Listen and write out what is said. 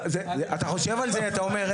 אתה חושב על זה אתה אומר,